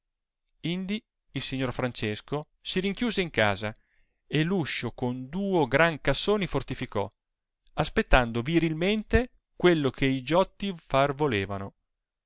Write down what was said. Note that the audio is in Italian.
indi il signor francesco si rinchiuse in casa e l uscio con duo gran cassoni fortificò aspettando virilmente quello che i giotti far volevano